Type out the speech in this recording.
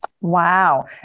Wow